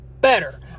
better